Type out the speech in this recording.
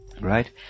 right